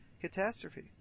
catastrophe